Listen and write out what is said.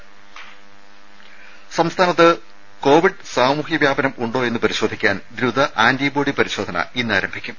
രുര സംസ്ഥാനത്ത് കോവിഡ് സാമൂഹ്യ വ്യാപനം ഉണ്ടോ എന്ന് പരിശോധിക്കാൻ ദ്രുത ആന്റിബോഡി പരിശോധന ഇന്ന് ആരംഭിക്കും